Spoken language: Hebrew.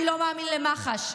אני לא מאמין למח"ש,